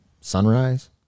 sunrise